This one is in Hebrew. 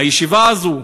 הישיבה הזאת,